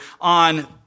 on